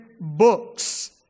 books